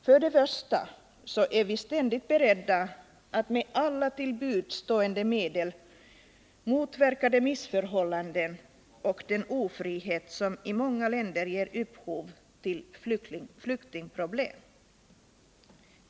Först och främst är vi ständigt beredda att med alla till buds stående medel motverka de missförhållanden och den ofrihet som i många länder ger upphov till flyktingproblem.